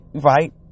right